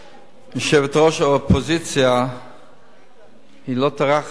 יושבת-ראש האופוזיציה לא טורחת לבדוק